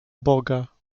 boga